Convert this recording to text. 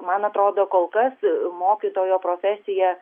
man atrodo kol kas mokytojo profesija